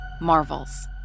Marvels